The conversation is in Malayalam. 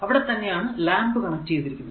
അവിടെ തന്നെ ആണ് ലാംപ് കണക്ട്ചെയ്തിരിക്കുന്നത്